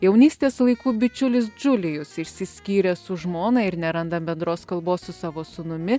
jaunystės laikų bičiulis džiulijus išsiskyrė su žmona ir neranda bendros kalbos su savo sūnumi